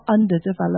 underdeveloped